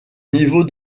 niveau